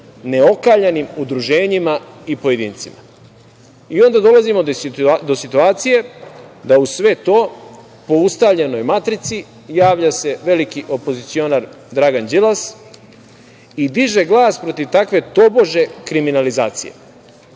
neokaljanim udruženjima i pojedincima. Onda dolazimo do situacije da uz sve to, po ustaljenoj matrici javlja se veliki opozicionar Dragan Đilas i diže glas protiv takve tobože kriminalizacije.